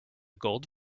gold